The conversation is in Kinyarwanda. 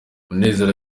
munezero